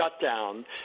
shutdown